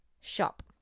shop